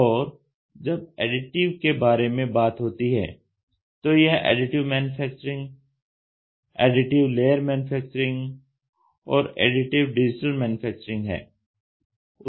और जब एडिटिव के बारे में बात होती है तो यह additive manufacturing additive layer manufacturing और एडिटिंग डिजिटल मैन्युफैक्चरिंग है